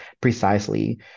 precisely